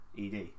ed